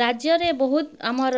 ରାଜ୍ୟରେ ବହୁତ୍ ଆମର୍